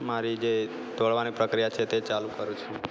મારી જે દોડવાની પ્રક્રિયા છે તે ચાલુ કરું છું